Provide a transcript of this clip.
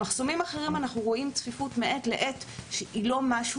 במחסומים אחרים אנחנו רואים צפיפות מעת לעת שהיא לא משהו